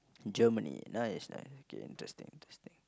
Germany nice nice interesting interesting